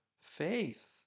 faith